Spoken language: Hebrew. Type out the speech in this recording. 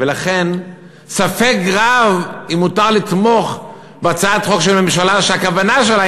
ולכן ספק רב אם מותר לתמוך בהצעת חוק של ממשלה שהכוונה שלה